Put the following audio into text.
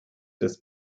des